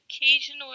occasional